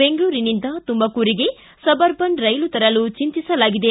ಬೆಂಗಳೂರಿನಿಂದ ತುಮಕೂರಿಗೆ suburban ರೈಲು ತರಲು ಚಿಂತಿಸಲಾಗಿದೆ